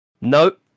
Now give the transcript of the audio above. Nope